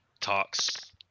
talks